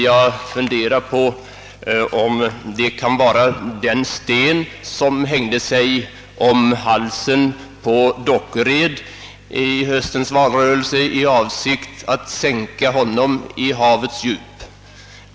Jag undrar om det kan vara den sten som hängde sig om halsen på herr Dockered i höstens valrörelse i avsikt att sänka honom i havets djup.